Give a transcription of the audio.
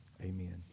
Amen